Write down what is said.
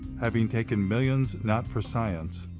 having taken millions, not for science,